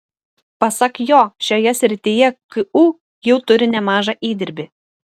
pasak jo šioje srityje ku jau turi nemažą įdirbį